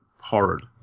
horrid